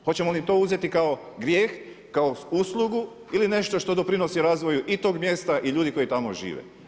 Hoćemo li to uzeti kao grijeh, kao uslugu ili nešto što doprinosi razvoju i tog mjesta i ljudi koji tamo žive.